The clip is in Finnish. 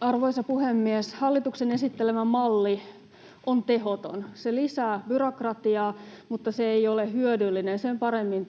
Arvoisa puhemies! Hallituksen esittelemä malli on tehoton. Se lisää byrokratiaa, mutta se ei ole hyödyllinen sen paremmin